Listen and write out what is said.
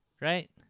Right